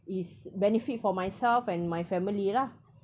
is benefit for myself and my family lah